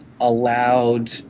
allowed